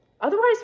Otherwise